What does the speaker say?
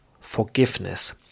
forgiveness